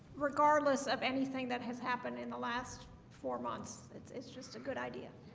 regardless of anything that has happened in the last four months. it's it's just a good idea